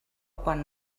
quan